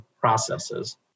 processes